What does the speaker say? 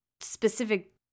specific